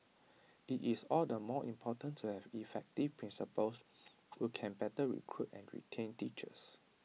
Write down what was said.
IT is all the more important to have effective principals who can better recruit and retain teachers